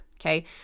okay